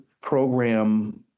program